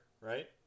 right